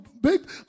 big